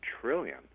trillion